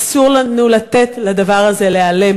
אסור לנו לתת לדבר הזה להיעלם.